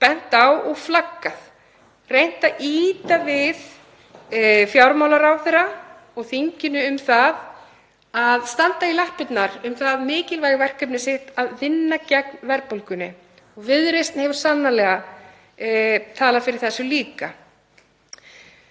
bent á og flaggað og reynt að ýta við fjármálaráðherra og þinginu um að standa í lappirnar gagnvart því mikilvæga verkefni að vinna gegn verðbólgunni. Viðreisn hefur sannarlega talað fyrir þessu líka.